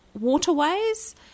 waterways